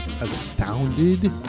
astounded